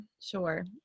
sure